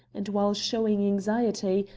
and, while showing anxiety,